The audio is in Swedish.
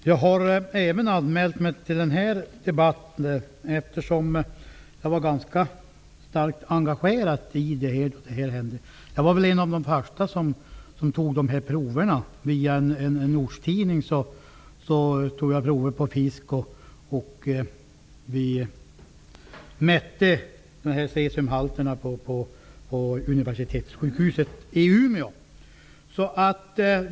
Herr talman! Jag har anmält mig även till den här debatten, eftersom jag var starkt engagerad när Tjernobylolyckan hände. Jag var en av de första som tog sådana här prover. Via en ortstidning tog jag prover på fisk, och vi mätte cesiumhalten på universitetssjukhuset i Umeå.